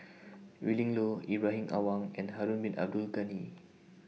Willin Low Ibrahim Awang and Harun Bin Abdul Ghani